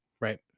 right